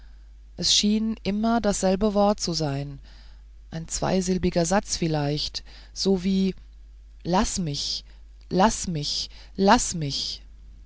es schien immer dasselbe wort zu sein ein zweisilbiger satz vielleicht so wie laß mich laß mich laß mich